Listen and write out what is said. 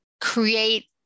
create